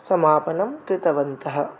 समापनं कृतवन्तः